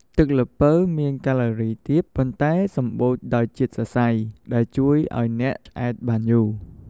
ទឹកល្ពៅមាន កាឡូរីទាប ប៉ុន្តែសម្បូរដោយជាតិសរសៃ ដែលជួយឲ្យអ្នកឆ្អែតបានយូរ។